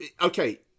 okay